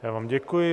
Já vám děkuji.